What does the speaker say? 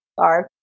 Sorry